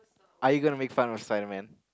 are you going to make fun of Simon